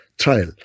trial